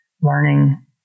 learning